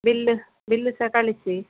bill bill ಸಹ ಕಳಿಸಿ